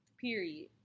period